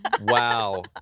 Wow